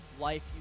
Life